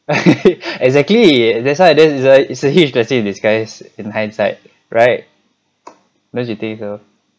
exactly that's why that's why it's a blessing in disguise in hindsight right don't you think so